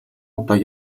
удаа